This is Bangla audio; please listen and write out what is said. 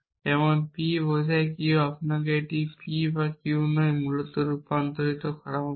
যেমন P বোঝায় Q আপনার এটিকে P বা Q নয় মূলত রূপান্তর করা উচিত